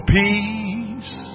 peace